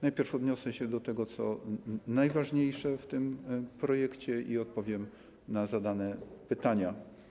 Najpierw odniosę się do tego, co najważniejsze w tym projekcie, i odpowiem na zadane pytania.